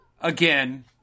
Again